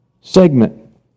segment